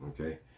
Okay